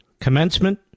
commencement